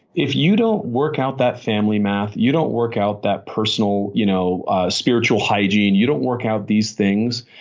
if you don't work out that family math, you don't work out that personal, you know spiritual hygiene, you don't work out these things.